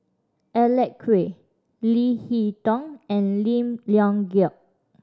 Alec Kuok Leo Hee Tong and Lim Leong Geok